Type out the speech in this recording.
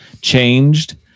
changed